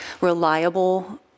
reliable